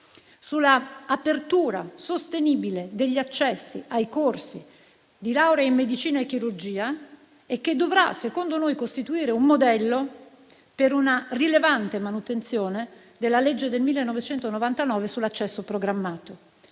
sull'apertura sostenibile degli accessi ai corsi di laurea in medicina e chirurgia e che dovrà - secondo noi - costituire un modello per una rilevante manutenzione della legge n. 264 del 1999 sull'accesso programmato.